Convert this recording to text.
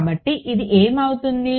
కాబట్టి ఇది ఏమి అవుతుంది